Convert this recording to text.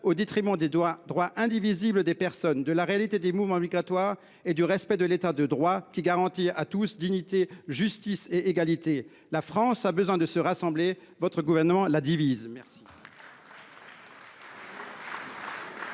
au détriment des droits indivisibles des personnes, de la réalité des mouvements migratoires et du respect de l’État de droit, qui garantit à tous dignité, justice et égalité. Rien à voir ! La France a besoin de se rassembler ; votre gouvernement la divise !